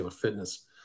fitness